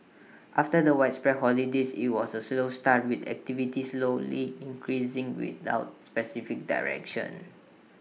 after the widespread holidays IT was A slow start with activity slowly increasing without specific direction